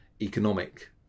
economic